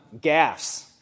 gaffs